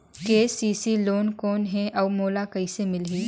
KCC loan कौन हे अउ मोला कइसे मिलही?